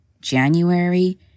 January